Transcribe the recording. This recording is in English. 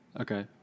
Okay